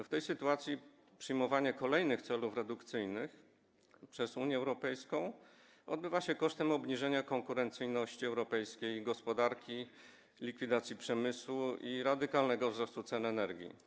W tej sytuacji przyjmowanie kolejnych celów redukcyjnych przez Unię Europejską odbywa się kosztem obniżenia konkurencyjności europejskiej gospodarki, likwidacji przemysłu i radykalnego wzrostu cen energii.